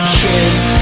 kids